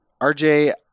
RJ